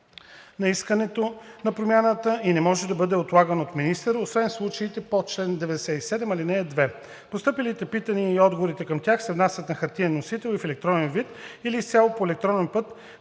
на искането на промяната и не може да се отлага от министъра, освен в случаите по чл. 97, ал. 2. Постъпилите питания и отговорите към тях се внасят на хартиен носител и в електронен вид или изцяло по електронен път,